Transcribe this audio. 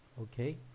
okay,